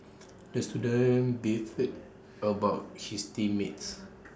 the student beefed about his team mates